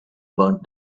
burnt